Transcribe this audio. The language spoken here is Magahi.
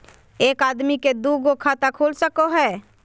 एक आदमी के दू गो खाता खुल सको है?